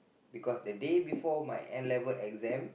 because that day before my N-level exam